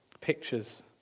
pictures